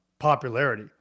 popularity